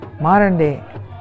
modern-day